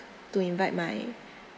to invite my